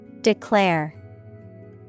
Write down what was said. Declare